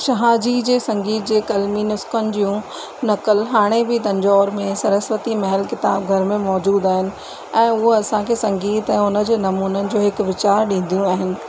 शाहजी जे संगीत जे कलमी नुस्खन ज्यूं नकल हाणे बि तंजौर में सरस्वती महल किताबघर में मौजूद आहिनि ऐं उअ असांखे संगीत ऐं हुन जे नमूननि जो हिकु वीचारु ॾींदियूं आहिनि